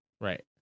right